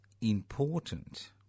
important